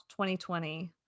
2020